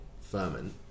ferment